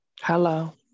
Hello